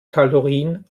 kalorien